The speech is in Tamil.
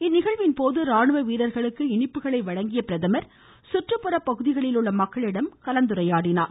இந்நிகழ்வின்போது ராணுவ வீரர்களுக்கு இனிப்புகளை வழங்கிய பிரதமர் சுற்றுப்புற பகுதிகளில் உள்ள மக்களிடமும் கலந்துரையாடினார்